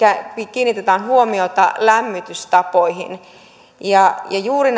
kiinnitetään huomiota lämmitystapoihin juuri